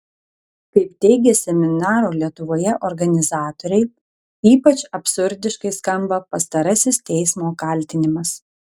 kaip teigė seminaro lietuvoje organizatoriai ypač absurdiškai skamba pastarasis teismo kaltinimas